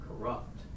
corrupt